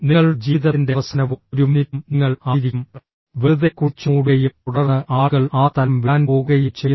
നിങ്ങളുടെ ജീവിതത്തിന്റെ അവസാനവും ഒരു മിനിറ്റും നിങ്ങൾ ആയിരിക്കും വെറുതെ കുഴിച്ചുമൂടുകയും തുടർന്ന് ആളുകൾ ആ സ്ഥലം വിടാൻ പോകുകയും ചെയ്യുന്നു